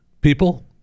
people